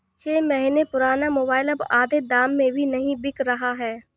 छह महीने पुराना मोबाइल अब आधे दाम में भी नही बिक रहा है